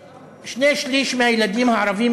שני-שלישים מהילדים הערבים,